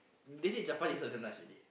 they say damn nice already